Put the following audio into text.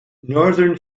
northern